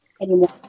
Anymore